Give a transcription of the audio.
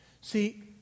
See